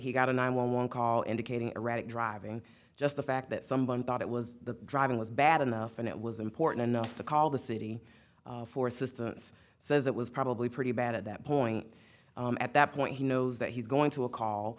he got a nine one one call indicating erratic driving just the fact that someone thought it was the driving was bad enough and it was important enough to call the city for assistance says it was probably pretty bad at that point at that point he knows that he's going to a call